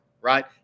right